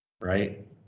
Right